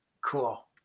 cool